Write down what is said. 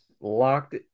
locked